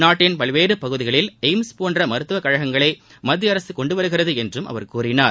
நாட்டின் பல்வேறு பகுதிகளில் எய்ம்ஸ் போன்ற மருத்துவக் கழகங்களை மத்திய அரசு கொண்டு வருகிறது என்றும் அவர் கூறினார்